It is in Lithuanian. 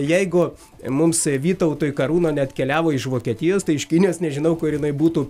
jeigu mums vytautui karūna neatkeliavo iš vokietijos tai iš kinijos nežinau kur jinai būtų